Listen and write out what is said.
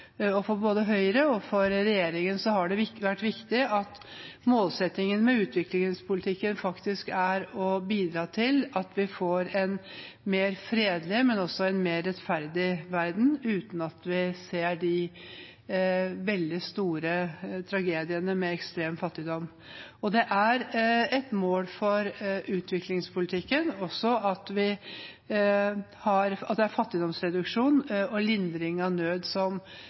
det. For både Høyre og regjeringen har det vært viktig at målsettingen med utviklingspolitikken faktisk er å bidra til at vi får en mer fredelig, men også en mer rettferdig verden, uten de veldig store tragediene med ekstrem fattigdom. Det er et mål for utviklingspolitikken også at det er fattigdomsreduksjon og lindring av nød som